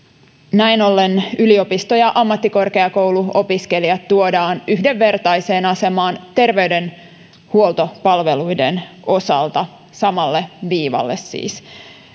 näin ollen yliopisto ja ammattikorkeakouluopiskelijat tuodaan yhdenvertaiseen asemaan terveydenhuoltopalveluiden osalta samalle viivalle siis